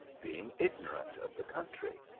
being ignorant of the country.